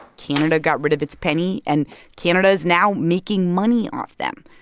canada got rid of its penny, and canada is now making money off them.